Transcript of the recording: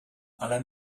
ale